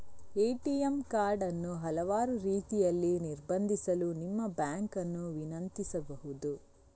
ATM card ಅನ್ನು ಹಲವಾರು ರೀತಿಯಲ್ಲಿ ನಿರ್ಬಂಧಿಸಲು ನಿಮ್ಮ ಬ್ಯಾಂಕ್ ಅನ್ನು ವಿನಂತಿಸಬಹುದು